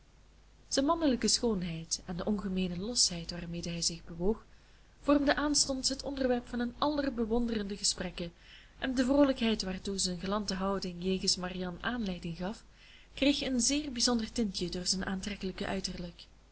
zijn mannelijke schoonheid en de ongemeene losheid waarmede hij zich bewoog vormden aanstonds het onderwerp van hun aller bewonderende gesprekken en de vroolijkheid waartoe zijn galante houding jegens marianne aanleiding gaf kreeg een zeer bijzonder tintje door zijn aantrekkelijk uiterlijk